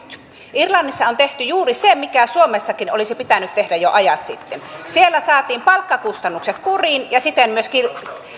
irlannissa on tehty juuri se mikä suomessakin olisi pitänyt tehdä jo ajat sitten siellä saatiin palkkakustannukset kuriin ja siten myöskin